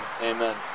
Amen